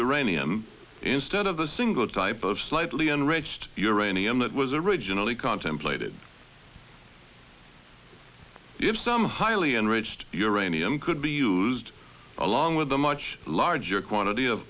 uranium instead of the single type of slightly enriched uranium that was originally contemplated if some highly enriched uranium could be used along with a much larger quantity of